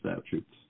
statutes